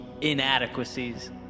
inadequacies